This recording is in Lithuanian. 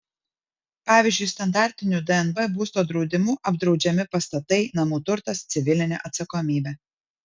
pavyzdžiui standartiniu dnb būsto draudimu apdraudžiami pastatai namų turtas civilinė atsakomybė